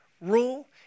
rule